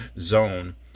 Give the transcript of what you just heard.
zone